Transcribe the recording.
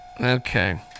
Okay